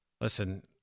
Listen